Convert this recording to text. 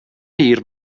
hir